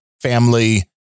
family